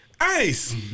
Ice